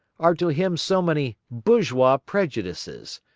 are to him so many bourgeois prejudices,